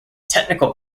technical